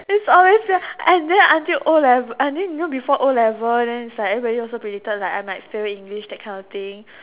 it's always and then until O-level and then you know before O-level and then it's like everybody also predicted that I might fail English that kind of thing